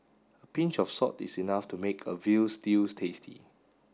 a pinch of salt is enough to make a veal stews tasty